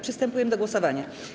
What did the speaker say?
Przystępujemy do głosowania.